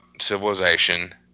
civilization